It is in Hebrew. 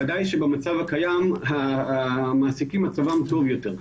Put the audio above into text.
ודאי שבמצב הקיים מצבם של המעסיקים טוב יותר.